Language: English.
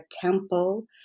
temple